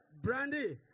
Brandy